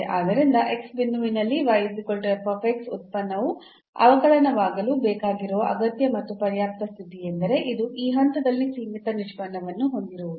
ಆದ್ದರಿಂದ ಬಿಂದುವಿನಲ್ಲಿ ಉತ್ಪನ್ನವು ಅವಕಲನವಾಗಲು ಬೇಕಾಗಿರುವ ಅಗತ್ಯ ಮತ್ತು ಪರ್ಯಾಪ್ತ ಸ್ಥಿತಿಯೆಂದರೆ ಇದು ಈ ಹಂತದಲ್ಲಿ ಸೀಮಿತ ನಿಷ್ಪನ್ನವನ್ನು ಹೊಂದಿರುವುದು